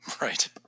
Right